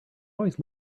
always